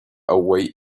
away